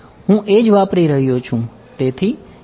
હું એ જ વાપરી રહ્યો છું